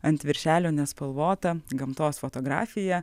ant viršelio nespalvota gamtos fotografija